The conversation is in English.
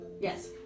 Yes